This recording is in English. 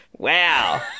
Wow